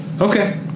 okay